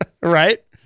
right